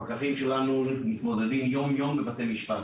הפקחים שלנו מתמודדים יום יום בבתי משפט.